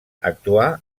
actuà